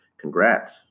congrats